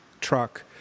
truck